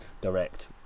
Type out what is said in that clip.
direct